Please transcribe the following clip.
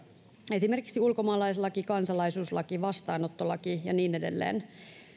esimerkiksi ulkomaalaislaista kansalaisuuslaista vastaanottolaista ja niin edelleen